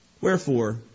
Wherefore